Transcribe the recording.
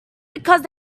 because